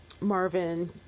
marvin